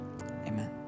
Amen